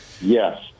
Yes